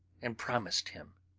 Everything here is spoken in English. and promised him.